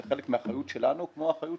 זו אחריות שלנו כמו כל אחריות